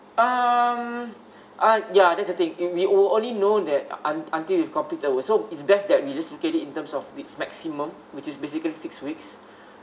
um uh ya that's the thing we we'll only know that un~ until we complete the work so it's best that we just look at it in terms of its maximum which is basically six weeks